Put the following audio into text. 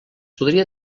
podria